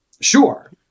Sure